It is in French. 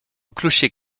clocher